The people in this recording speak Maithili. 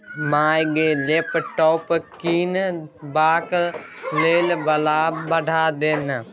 माय गे लैपटॉप कीनबाक लेल पाय पठा दे न